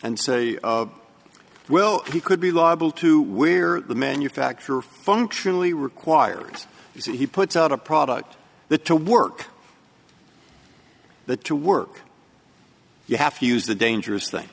and say well he could be liable to where the manufacturer functionally requires if he puts out a product that to work that to work you have to use the dangerous thing